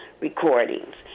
recordings